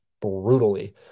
brutally